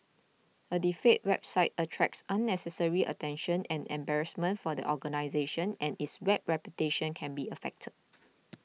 a defaced website attracts unnecessary attention and embarrassment for the organisation and its web reputation can be affected